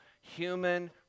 human